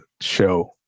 show